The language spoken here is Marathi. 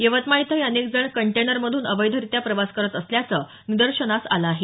यवतमाळ इथंही अनेक जण कंटेनरमधून अवैधरित्या प्रवास करत असल्याचं निदर्शनास आलं आहे